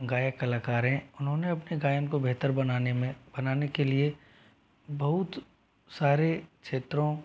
गायक कलाकार हैं उन्होंने अपने गायन को बेहतर बनाने में बनाने के लिए बहुत सारे क्षेत्रों